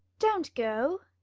don't go.